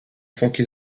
foki